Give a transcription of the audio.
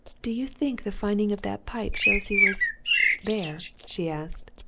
do you think the finding of that pipe shows he was there? she asked.